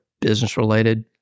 business-related